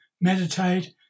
meditate